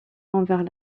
envers